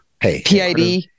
PID